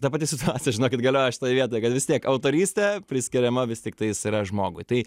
ta pati situacija žinokit galioja šitoj vietoj kad vis tiek autorystė priskiriama vis tiktais yra žmogui tai